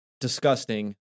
disgusting